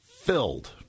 filled